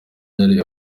yari